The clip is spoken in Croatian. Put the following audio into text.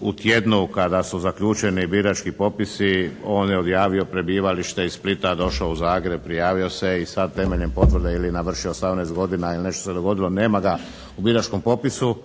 u tjednu kada su zaključeni birački popisi on je objavio prebivalište iz Splita, došao u Zagreb, prijavio se i sad temeljem potvrde ili navrši 18 godina ili nešto se dogodilo nema ga u biračkom popisu.